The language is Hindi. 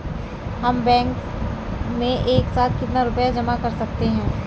हम बैंक में एक साथ कितना रुपया जमा कर सकते हैं?